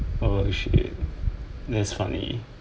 oh shit that's funny